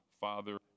father